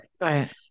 right